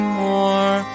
more